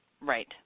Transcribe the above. Right